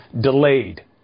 delayed